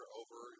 over